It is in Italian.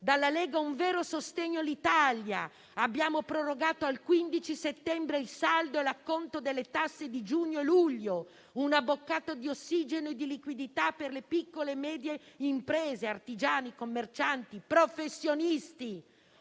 Dalla Lega un vero sostegno l'Italia: abbiamo prorogato al 15 settembre il saldo e acconto delle tasse di giugno e luglio, una boccata di ossigeno e di liquidità per le piccole e medie imprese, artigiani, commercianti, professionisti.